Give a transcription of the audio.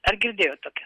ar girdėjot tokią